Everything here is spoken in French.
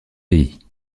pays